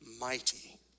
mighty